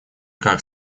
как